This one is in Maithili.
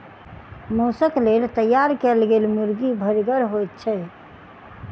मौसक लेल तैयार कयल गेल मुर्गी भरिगर होइत छै